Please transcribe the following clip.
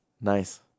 Nice